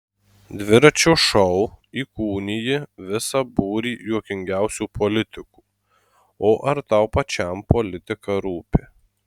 dviračio šou įkūniji visą būrį juokingiausių politikų o ar tau pačiam politika rūpi